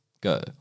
Go